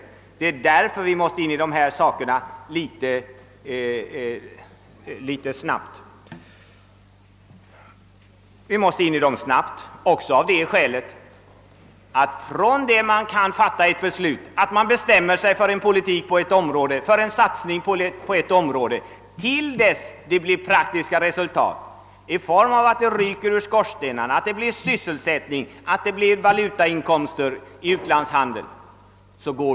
Det är därför vi ganska snabbt måste lösa dessa problem. Det måste gå fort även av det skälet att ingenting bänder genast man fattar ett beslut och bestämmer sig för en politik på ett område. Det måste gå åtskilliga år, tre — fem — sju år. Först därefter blir det praktiska resultat i form av att det börjar ryka i skorstenarna, först då blir det sysselsättning och valutainkomster genom utlandshandeln.